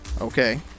Okay